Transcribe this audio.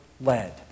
led